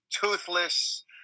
toothless